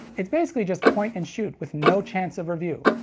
it's basically just point and shoot with no chance of review.